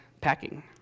packing